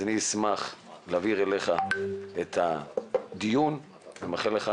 אני אשמח להעביר אליך את הדיון ומאחל לך